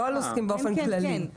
לא על עוסקים באופן כללי.